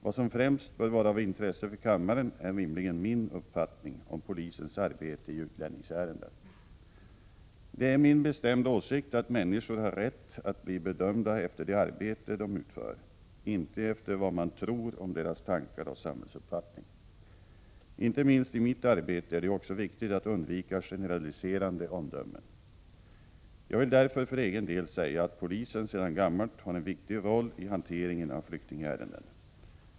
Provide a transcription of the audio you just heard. Vad som främst bör vara av intresse för kammaren är rimligen min uppfattning om polisens arbete i utlänningsärenden. Det är min bestämda åsikt att människor har rätt att bli bedömda efter det arbete de utför, inte efter vad man tror om deras tankar och samhällsuppfattning. Inte minst i mitt arbete är det också viktigt att undvika generaliserande omdömen. Jag vill därför för egen del säga att polisen sedan gammalt har en viktig roll i hanteringen av flyktingärenden.